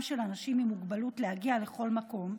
של אנשים עם מוגבלות להגיע לכל מקום,